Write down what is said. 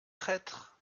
traîtres